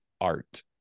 art